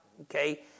okay